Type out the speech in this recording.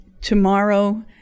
tomorrow